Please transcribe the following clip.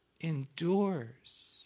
Endures